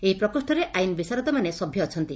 ଏହି ପ୍ରକୋଷରେ ଆଇନ୍ ବିଶାରଦମାନେ ସଭ୍ୟ ଅଛନ୍ତି